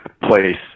place